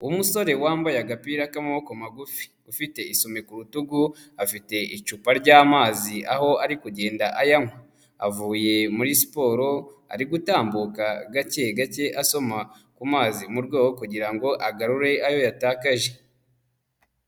Umusore wambaye agapira k'amaboko magufi, ufite isume ku rutugu, afite icupa ry'amazi aho ari kugenda ayanywa, avuye muri siporo ari gutambuka gake gake asoma ku mazi mu rwego rwo kugira ngo agarure ayo yatakaje.